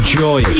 joy